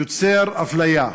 יוצר אפליה,